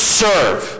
serve